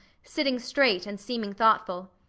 sitting straight and seeming thoughtful,